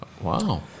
Wow